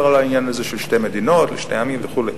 על העניין הזה של שתי מדינות לשני עמים וכו'.